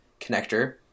connector